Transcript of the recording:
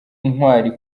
ntwari